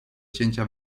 cięcia